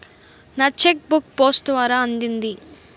నా cheque book post ద్వారా అందింది